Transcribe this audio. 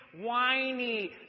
whiny